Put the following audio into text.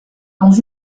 dans